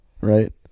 right